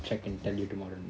check and tell you tomorrow